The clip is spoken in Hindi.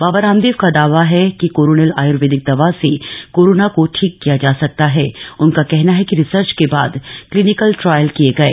बाबा रामदेव का दावा हा कि कोरोनिल आय्र्वेदिक दवा से कोरोना को ठीक किया जा सकता है उनका कहना है कि रिसर्च के बाद क्लिनिकल ट्रायल किए गए